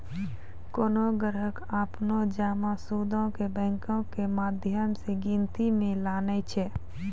कोनो ग्राहक अपनो जमा सूदो के बैंको के माध्यम से गिनती मे लानै छै